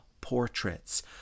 portraits